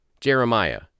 Jeremiah